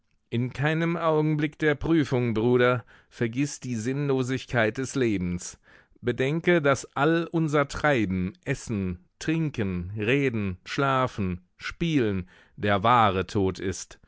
in keinem augenblick der prüfung bruder vergiß die sinnlosigkeit des lebens bedenke daß all unser treiben essen trinken reden schlafen spielen der wahre tod ist